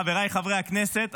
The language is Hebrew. חבריי חברי הכנסת,